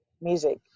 music